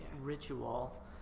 ritual